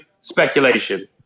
speculation